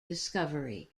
discovery